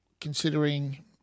considering